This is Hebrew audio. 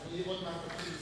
אני עוד מעט אתחיל לספור.